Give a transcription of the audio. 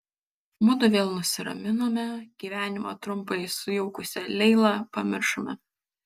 mudu vėl nusiraminome gyvenimą trumpai sujaukusią leilą pamiršome